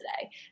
today